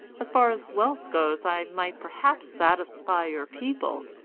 as far as wealth goes i might perhaps satisfy your people,